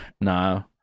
No